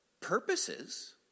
purposes